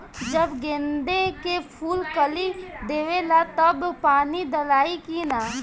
जब गेंदे के फुल कली देवेला तब पानी डालाई कि न?